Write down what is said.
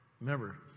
remember